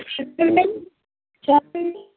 చెప్పండి